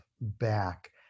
back